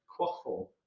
quaffle